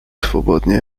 swobodnie